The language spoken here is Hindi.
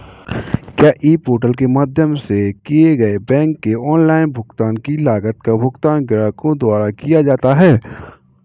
क्या ई पोर्टल के माध्यम से किए गए बैंक के ऑनलाइन भुगतान की लागत का भुगतान ग्राहकों द्वारा किया जाता है?